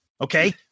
Okay